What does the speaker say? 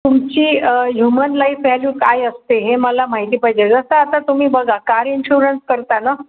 तुमची human life value काय असते हे मला माहिती पाहिजे जसं आता तुम्ही बघा कार इन्शुरन्स करता ना